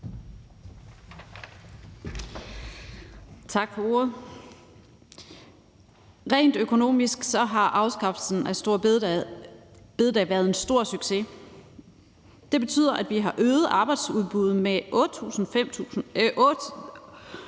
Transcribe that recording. Tak for ordet. Rent økonomisk har afskaffelsen af store bededag været en stor succes. Det betyder, at vi har øget arbejdsudbuddet med 8.500